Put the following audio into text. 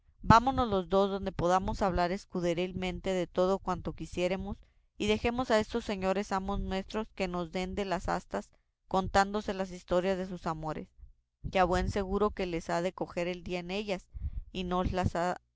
vámonos los dos donde podamos hablar escuderilmente todo cuanto quisiéremos y dejemos a estos señores amos nuestros que se den de las astas contándose las historias de sus amores que a buen seguro que les ha de coger el día en ellas y no las han